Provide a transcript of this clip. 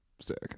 sick